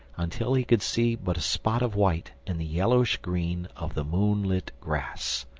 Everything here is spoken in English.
until he could see but a spot of white in the yellowish green of the moonlit grass.